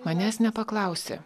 manęs nepaklausė